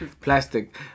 plastic